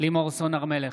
לימור סון הר מלך,